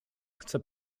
chcę